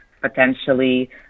potentially